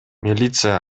милиция